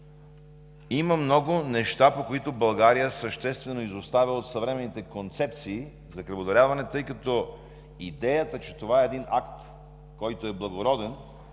Има много неща, по които България съществено изостава от съвременните концепции за кръводаряване. Идеята, че това е един благороден